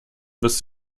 bis